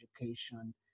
education